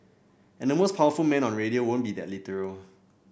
and the most powerful man on radio won't be that literal